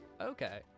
Okay